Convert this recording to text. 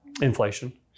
inflation